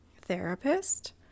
therapist